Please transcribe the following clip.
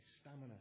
stamina